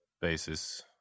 basis